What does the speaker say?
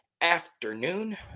afternoon